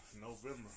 November